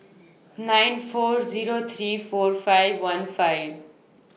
nine four Zero three four five one five